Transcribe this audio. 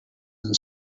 and